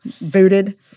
booted